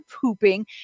pooping